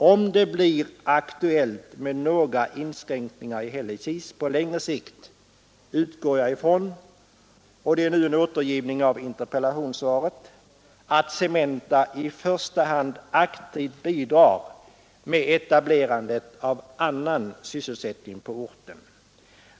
Om det blir aktuellt med några inskränkningar i Hällekis på längre sikt utgår industriministern ifrån — och det är nu en återgivning av interpellationssvaret — att Cementa i första hand aktivt bidrar med etablerandet av annan sysselsättning på orten.